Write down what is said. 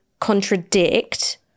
contradict